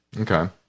Okay